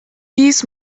dies